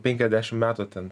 penkiasdešimt metų ten